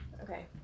Okay